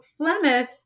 Flemeth